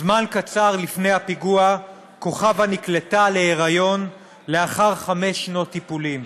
זמן קצר לפני הפיגוע כוכבה נקלטה להיריון לאחר חמש שנות טיפולים.